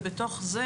ובתוך זה